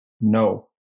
no